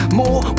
more